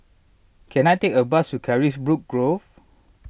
can I take a bus to Carisbrooke Grove